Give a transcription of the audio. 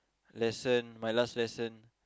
lesson my last lesson